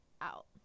out